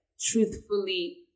Truthfully